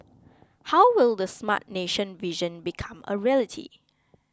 how will the Smart Nation vision become a reality